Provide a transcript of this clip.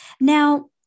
Now